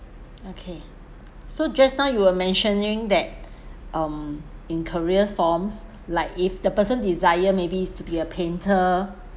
okay so just now you were mentioning that um in career forms like if the person desires maybe is to be a painter